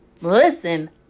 Listen